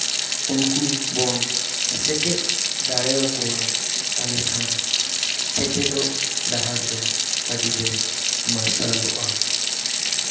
ᱩᱱᱠᱩ ᱵᱚᱱ ᱥᱮᱪᱮᱫ ᱫᱟᱲᱮ ᱟᱠᱚᱣᱟ ᱛᱟᱦᱞᱮ ᱠᱷᱟᱱ ᱥᱮᱪᱮᱫᱚᱜ ᱰᱟᱦᱟᱨ ᱫᱚ ᱟᱹᱰᱤᱜᱮ ᱢᱟᱨᱥᱟᱞᱚᱜᱼᱟ